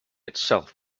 itself